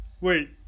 wait